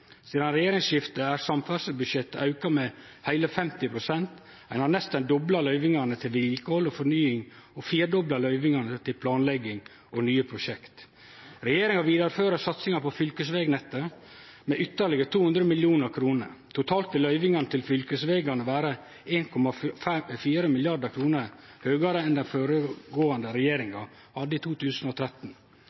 Sidan regjeringsskiftet har samferdslebudsjettet auka med heile 50 pst. Ein har nesten dobla løyvingane til vedlikehald og fornying, og firedobla løyvingane til planlegging av nye prosjekt. Regjeringa vidarefører satsinga på fylkesvegnettet med ytterlegare 200 mill. kr. Totalt vil løyvingane til fylkesvegane vere 1,4 mrd. kr høgare enn det den føregåande regjeringa hadde i 2013.